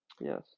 Yes